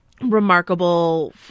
remarkable